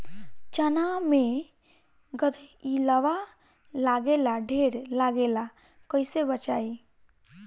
चना मै गधयीलवा लागे ला ढेर लागेला कईसे बचाई?